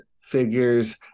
figures